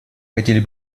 хотели